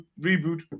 Reboot